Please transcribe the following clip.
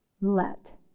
let